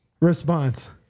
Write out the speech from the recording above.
response